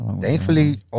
Thankfully